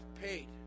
paid